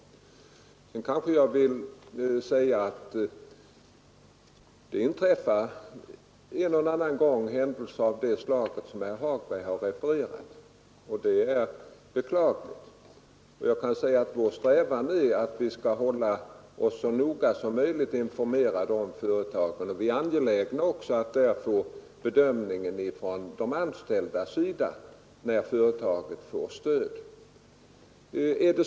Det inträffar en och annan gång händelser av det slag herr Hagberg refererat. Det är beklagligt, men vår strävan är att hålla oss så noga som möjligt informerade om företagen. Vi är också angelägna om att få bedömningar från de anställdas sida när ett företag får stöd.